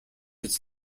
its